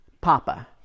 Papa